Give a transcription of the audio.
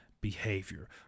behavior